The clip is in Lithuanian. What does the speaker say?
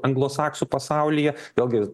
anglosaksų pasaulyje vėlgi